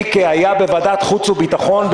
הייתי בוועדת החוץ והביטחון,